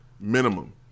minimum